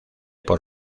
por